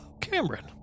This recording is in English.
Cameron